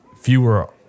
fewer